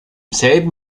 selben